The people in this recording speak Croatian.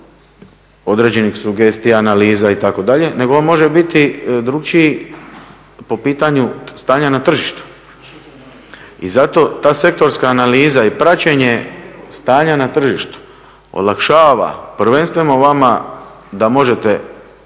određenih sugestija, analiza, itd., nego on može biti drugačiji po pitanju stanja na tržištu i zato ta sektorska analiza i praćenje stanja na tržištu olakšava prvenstveno vama da možete